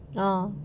orh